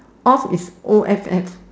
off is O F F